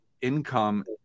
income